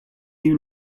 you